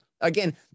again